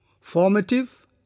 formative